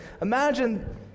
imagine